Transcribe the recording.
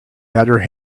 better